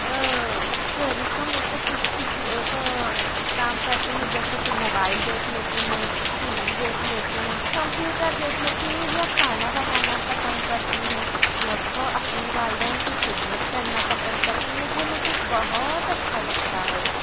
فہرستوں میں سے کچھ کسی ایک کام کرتی ہوں جیسے کہ موبائل دیکھ لیتی ہوں ٹی وی دیکھ لیتی ہوں کمپیوٹر دیکھ لیتی ہوں یا کھانا بنانا پسند کرتی ہوں یا تو اپنے والدین کی خدمت کرنا پسند کرتی ہوں جو مجھے بہت اچھا لگتا ہے